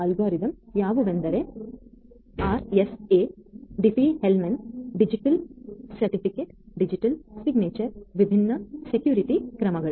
algorithm ಯಾವುವುವೆಂದರೆ RSA Diffie Hellman digital certificate digital signature ವಿಭಿನ್ನ security ಕ್ರಮಗಳು